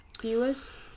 viewers